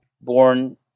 born